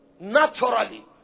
Naturally